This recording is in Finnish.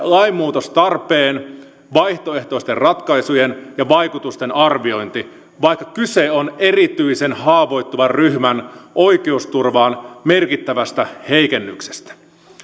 lainmuutostarpeen vaihtoehtoisten ratkaisujen ja vaikutusten arviointi vaikka kyse on erityisen haavoittuvan ryhmän oikeusturvan merkittävästä heikennyksestä